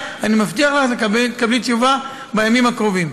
ואני מבטיח לך שתקבלי תשובה בימים הקרובים.